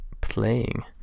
playing